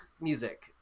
music